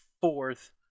fourth